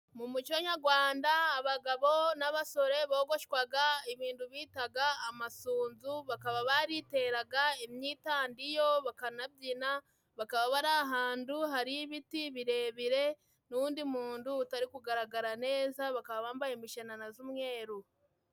Mu muco nyarwanda abagabo n'abasore bogoshga ibintu bitaga amasunzu, bakaba bariteraga imyitandiyo bakanabyina, bakaba bari ahantu hari ibiti birebire n'undi muntu utari kugaragara neza, bakaba bambaye umushanana z'umweru.